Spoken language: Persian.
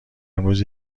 امروز